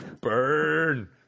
Burn